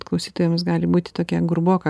klausytojams gali būti tokia gruboka